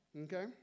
Okay